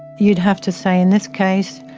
you'd have to say in this case,